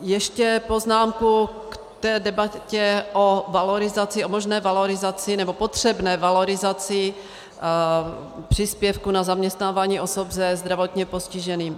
Ještě poznámku k té debatě o valorizaci, o možné valorizaci, nebo potřebné valorizaci příspěvku na zaměstnávání osob se zdravotním postižením.